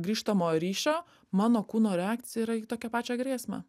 grįžtamojo ryšio mano kūno reakcija yra į tokią pačią grėsmę